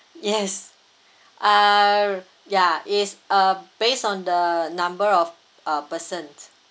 yes uh ya it's uh based on the number of uh persons